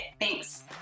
Thanks